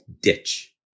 ditch